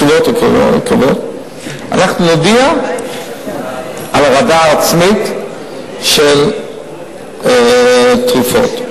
בשבועות הקרובים אנחנו נודיע על הורדה של השתתפות עצמית בתרופות,